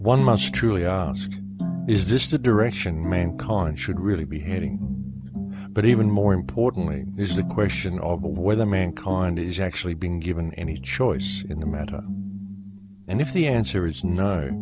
one must truly ask is this the direction mankind should really be heading but even more importantly is the question of whether mankind is actually being given any choice in the matter and if the answer is n